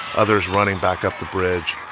others running back up the bridge,